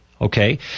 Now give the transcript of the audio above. Okay